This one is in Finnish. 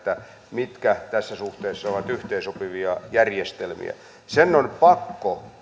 mitkä tässä suhteessa ovat yhteensopivia järjestelmiä sen on pakko